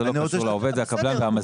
זה לא קשור לקבלן והמזמין.